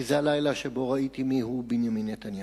כי זה הלילה שבו ראיתי מי הוא בנימין נתניהו.